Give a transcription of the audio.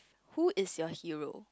who is your hero